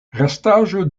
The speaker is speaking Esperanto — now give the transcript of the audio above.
restaĵo